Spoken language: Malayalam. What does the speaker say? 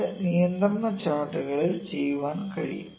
ഇത് നിയന്ത്രണ ചാർട്ടുകളിൽ ചെയ്യാൻ കഴിയും